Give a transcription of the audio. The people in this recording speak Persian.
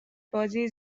بازی